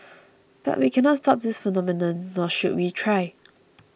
but we cannot stop this phenomenon nor should we try